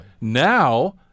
now